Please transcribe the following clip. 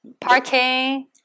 Parking